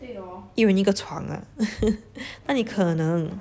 因为那个床 ah 那里可能